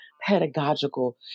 pedagogical